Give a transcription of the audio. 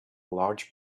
large